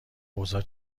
اوضاع